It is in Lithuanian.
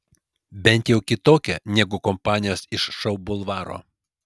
bent jau kitokia negu kompanijos iš šou bulvaro